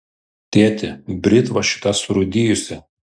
tėti britva šita surūdijusi